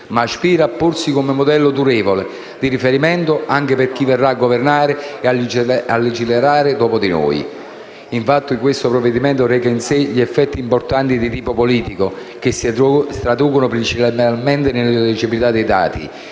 ma aspira a porsi come modello durevole di riferimento anche per chi verrà a governare e a legiferare dopo di noi. Infatti questo provvedimento reca in sé degli effetti importanti di tipo politico, che si traducono principalmente nell'intelligibilità dei dati,